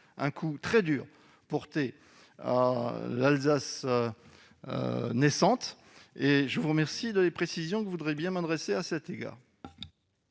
un coup très dur porté à l'Alsace naissante. Je vous remercie des précisions que vous voudrez bien apporter sur